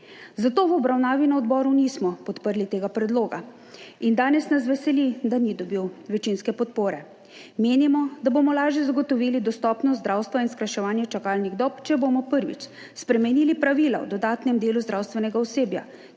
Zato v obravnavi na odboru nismo podprli tega predloga in danes nas veseli, da ni dobil večinske podpore. Menimo, da bomo lažje zagotovili dostopnost zdravstva in skrajševanje čakalnih dob, če bomo, prvič, spremenili pravila o dodatnem delu zdravstvenega osebja,